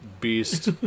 beast